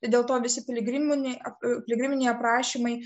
ir dėl to visi piligriminiai piligriminiai aprašymai